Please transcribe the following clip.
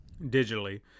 digitally